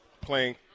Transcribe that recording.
Playing